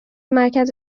مرکز